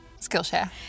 Skillshare